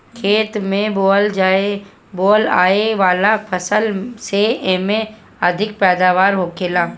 खेत में बोअल आए वाला फसल से एमे अधिक पैदावार होखेला